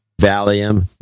Valium